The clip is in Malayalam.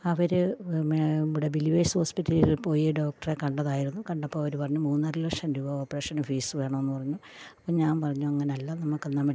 അവർ ഇവിടെ ബിലീവേഴ്സ് ഹോസ്പിറ്റലിൽ പോയി ഡോക്ടറെ കണ്ടതായിരുന്നു കണ്ടപ്പോൾ അവർ പറഞ്ഞു മൂന്നരലക്ഷം രൂപ ഓപ്പറേഷന് ഫീസ് വേണമെന്ന് പറഞ്ഞു അപ്പോൾ ഞാൻ പറഞ്ഞു അങ്ങനെയല്ല നമുക്ക് എന്നാൽ